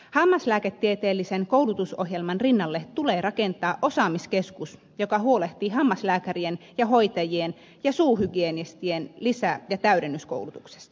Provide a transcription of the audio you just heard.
hammaslääketieteellisen koulutusohjelman rinnalle tulee rakentaa osaamiskeskus joka huolehtii hammaslääkärien ja hoitajien ja suuhygienistien lisä ja täydennyskoulutuksesta